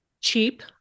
cheap